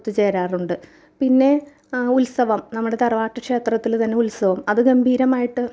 ഒത്തുചേരാറുണ്ട് പിന്നെ ഉത്സവം നമ്മുടെ തറവാട്ട് ക്ഷേത്രത്തിൽ തന്നെ ഉത്സവം അത് ഗംഭീരമായിട്ട്